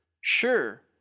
sure